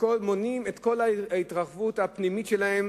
מונעים את כל ההתרחבות הפנימית שלהם